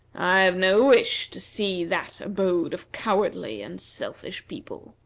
i have no wish to see that abode of cowardly and selfish people.